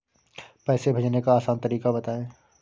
पैसे भेजने का आसान तरीका बताए?